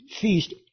feast